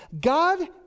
God